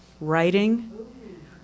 writing